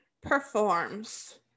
performs